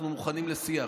אנחנו מוכנים לשיח,